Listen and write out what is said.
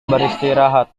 beristirahat